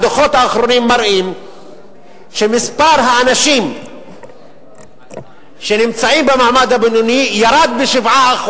הדוחות האחרונים מראים שמספר האנשים שנמצאים במעמד הבינוני ירד ב-7%.